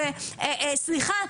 סליחה.